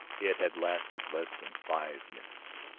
it had lasted less than five minutes.